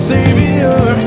Savior